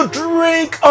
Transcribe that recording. drink